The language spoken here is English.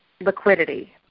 liquidity